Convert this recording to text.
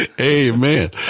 Amen